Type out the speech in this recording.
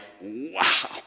wow